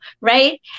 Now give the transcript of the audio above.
Right